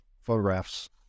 photographs